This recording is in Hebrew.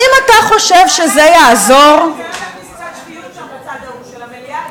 להכניס קצת שפיות שם בצד ההוא של המליאה.